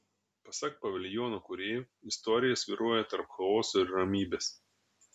pasak paviljono kūrėjų istorija svyruoja tarp chaoso ir ramybės